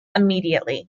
immediately